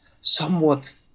somewhat